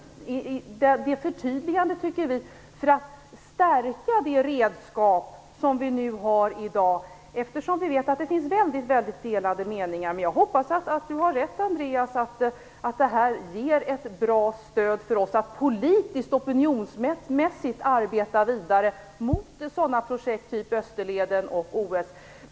Vi behöver ett sådant förtydligande, tycker vi, för att stärka det redskap som vi i dag har - vi vet ju att det finns mycket delade meningar. Men jag hoppas att Andreas Carlgren har rätt i att det här ger ett bra stöd åt oss att politiskt opinionsmässigt arbeta vidare mot projekt som Österleden och OS.